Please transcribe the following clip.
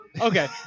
Okay